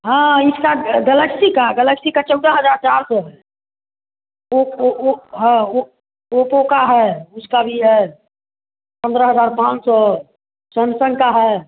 हाँ इसका गलेक्सी का गलेक्सी का चौदह हज़ार चार सौ है ओपो वो हाँ ओपो का है उसका भी है पंद्रह हज़ार पाँच सौ है समसन का है